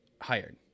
hired